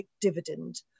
dividend